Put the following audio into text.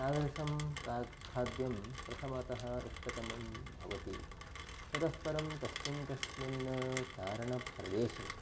तादृशं किं खाद्यं प्रथमतः इष्टतमं भवति ततःपरं तस्मिन् तस्मिन् चारणप्रदेशे